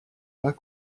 pas